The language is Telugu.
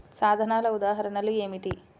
సాధనాల ఉదాహరణలు ఏమిటీ?